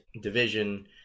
division